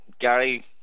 Gary